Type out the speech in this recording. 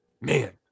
Man